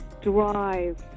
drive